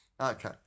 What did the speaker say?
Okay